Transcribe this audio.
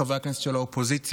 חברי הכנסת של האופוזיציה,